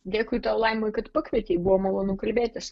dėkui tau laima kad pakvietei buvo malonu kalbėtis